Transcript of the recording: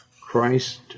Christ